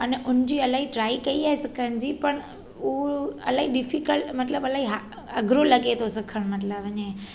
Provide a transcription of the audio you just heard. अने हुनजी इलाही ट्राय कई आहे सिखण जी पर उहो इलाही डिफ़िकल्ट मतलबु इलाही हा अघिरो लॻे थो सिखणु मतलबु अने